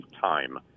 time